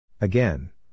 Again